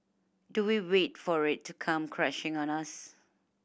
do we wait for it to come crashing on us